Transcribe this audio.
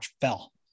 fell